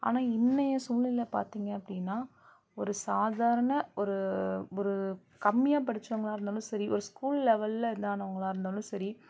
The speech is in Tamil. ஆனால் இன்றைய சூழ்நிலை பார்த்திங்க அப்படின்னா ஒரு சாதாரண ஒரு ஒரு கம்மியாக படித்தவங்களா இருந்தாலும் சரி ஒரு ஸ்கூல் லெவலில் இதானவங்களாக இருந்தாலும் சரி